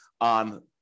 on